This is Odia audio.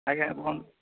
ଆଜ୍ଞା କୁହନ୍ତୁ